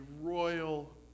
royal